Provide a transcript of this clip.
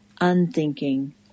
unthinking